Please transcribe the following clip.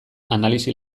analisi